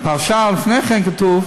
בפרשה לפני כן כתוב: